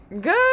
good